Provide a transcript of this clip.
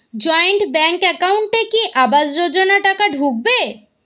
Joint bank একাউন্টে কি আবাস যোজনা টাকা ঢুকবে?